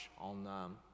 on